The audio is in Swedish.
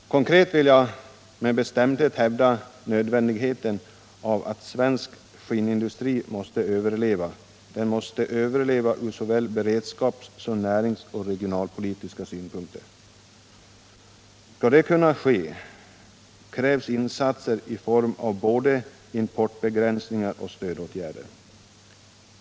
Konkret vill jag med bestämdhet hävda nödvändigheten av att svensk skinnindustri överlever, den måste överleva från såväl beredskapssom näringsoch regionalpolitiska synpunkter. Skall detta kunna ske krävs insatser i form av både importbegränsningar och stödåtgärder.